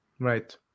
Right